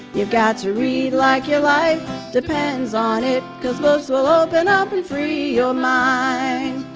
you've got to read like your life depends on it, cause books will open up and free your mind.